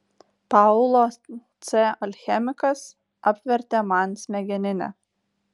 paulo c alchemikas apvertė man smegeninę